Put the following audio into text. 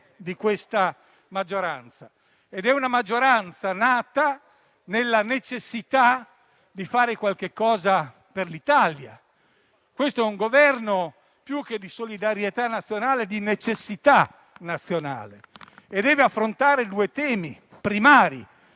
di questa maggioranza. È una maggioranza nata nella necessità di fare qualcosa per l'Italia. Questo è un Governo più che di solidarietà nazionale, di necessità nazionale, e deve affrontare due temi primari.